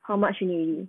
how much you need already